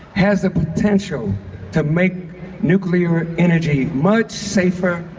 has the potential to make nuclear energy much safer,